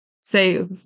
Say